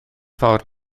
ffordd